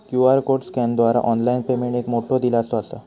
QR code स्कॅनरद्वारा online payment एक मोठो दिलासो असा